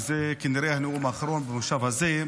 כי כנראה שזה הנאום האחרון במושב הזה,